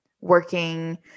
working